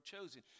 chosen